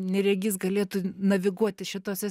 neregys galėtų naviguoti šitose